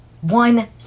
one